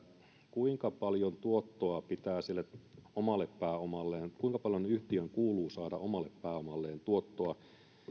kuinka paljon tuottoa pitää saada sille omalle pääomalleen kuinka paljon yhtiön kuuluu saada omalle pääomalleen tuottoa